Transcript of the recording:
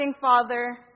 Father